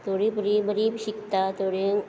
थोडीं भुरगीं बरीं शिकता थोडीं